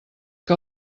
que